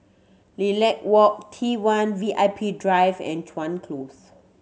Lilac Walk T One V I P Drive and Chuan Close